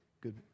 Good